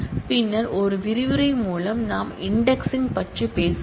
பின்னர் ஒரு விரிவுரை மூலம் நாம் இன்டெக்சிங் பற்றி பேசுவோம்